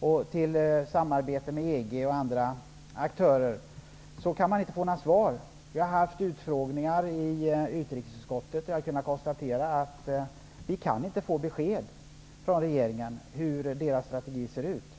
och till samarbete med EG och andra aktörer, kan man inte få några svar. Vi har haft utfrågningar i utrikesutskottet, och jag har kunnat konstatera att vi inte kan få besked från regeringen om hur dess strategi ser ut.